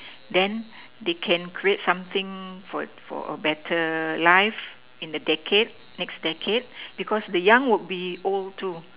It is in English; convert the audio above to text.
then they can create something for for a better life in the decade next decade because the young will be old too